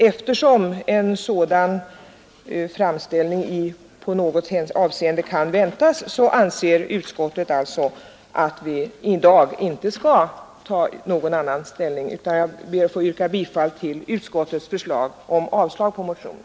Eftersom en sådan prövning i något avseende kan väntas, anser utskottet att vi i dag inte skall ta någon ställning till motionen. Jag ber därför, herr talman, att få yrka bifall till utskottets hemställan att riksdagen avslår motionen.